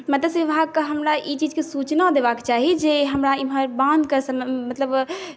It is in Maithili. मत्स्य विभागके हमरा ई चीजके सूचना देबाक चाही जे हमरा एम्हर बान्धके समस्या